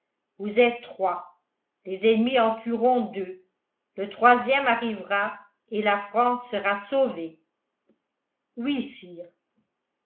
vous êtes trois les ennemis en tueront deux le troisième arrivera et la france sera sauvée oui sire